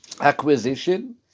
acquisition